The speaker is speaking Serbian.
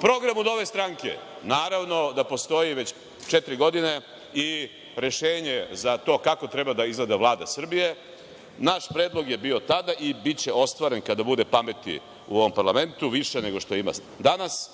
programu Nove stranke, naravno da postoji već četiri godine, i rešenje za to kako treba da izgleda Vlada Srbije. Naš predlog je bio tada i biće ostvaren kada bude pameti u ovom parlamentu, više nego što ima danas,